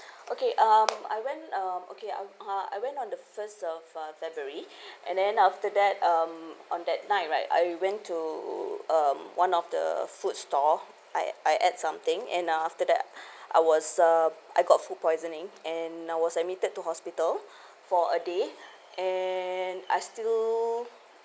okay um I went uh okay I uh I went on the first of uh february and then after that um on that night right I went to um one of the the food store I I ate something and ah after that I was uh I got food poisoning and I was admitted to hospital for a day and I still